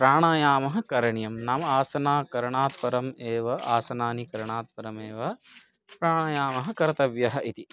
प्राणायामः करणीयः नाम आसनकरणात् परम् एव आसनानि करणात् परम् एव प्राणायामः कर्तव्यः इति